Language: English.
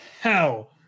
hell